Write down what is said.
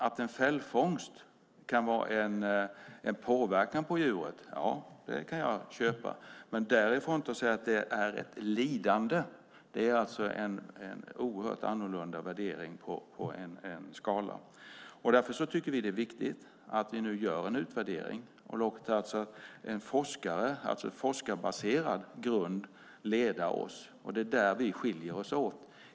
Att en fällfångst kan ha en påverkan på djuret kan jag köpa, men därifrån till att säga att det är ett lidande är att göra en oerhört annorlunda värdering på en skala. Därför tycker vi att det är viktigt att vi nu gör en utvärdering och låter leda oss på forskarbaserad grund. Det är där vi skiljer oss åt.